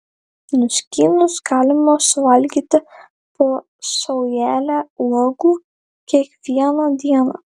nuskynus galima suvalgyti po saujelę uogų kiekvieną dieną